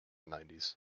nineties